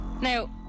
Now